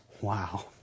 Wow